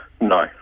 No